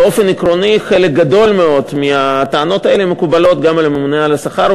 באופן עקרוני חלק גדול מאוד מהטענות האלה מקובלות גם על הממונה על השכר.